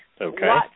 Okay